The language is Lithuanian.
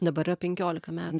dabar a penkiolika metų